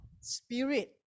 spirit